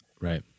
right